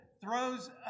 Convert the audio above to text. throws